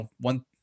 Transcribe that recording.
one